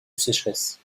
sécheresse